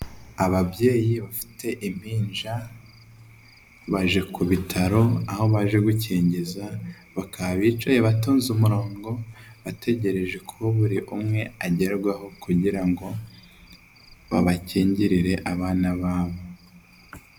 Ababyeyi bafite impinja baje ku bitaro aho baje gukingiza, bakaba bicaye batonze umurongo bategereje ko buri umwe agerwaho kugirango babakingirire abana babo.